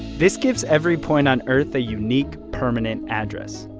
this gives every point on earth a unique permanent address.